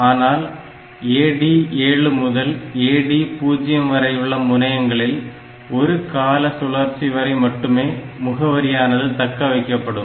ஆனால் AD7 முதல் AD0 வரையுள்ள முனையங்களில் ஒரு கால சுழற்சி வரை மட்டுமே முகவரியானது தக்க வைக்கப்படும்